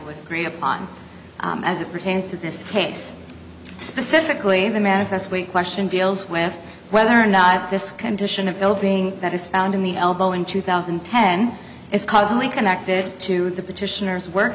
would agree upon as it pertains to this case specifically the manifest weight question deals with whether or not this condition of building that is found in the elbow in two thousand and ten is causing we connected to the petitioner's work